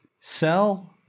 sell